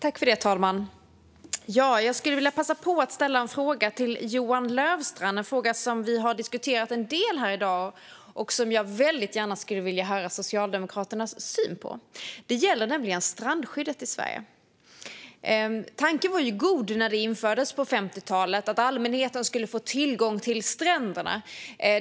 Herr talman! Jag skulle vilja passa på att ställa en fråga till Johan Löfstrand om något som vi har diskuterat en del här i dag och som jag väldigt gärna skulle vilja höra Socialdemokraternas syn på. Det gäller strandskyddet i Sverige. Tanken var god när det infördes på 50-talet: Allmänheten skulle få tillgång till stränderna.